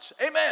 Amen